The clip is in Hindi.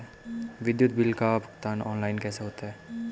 विद्युत बिल का भुगतान ऑनलाइन कैसे होता है?